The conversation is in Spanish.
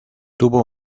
tuvo